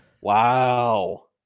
Wow